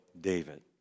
David